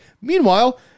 Meanwhile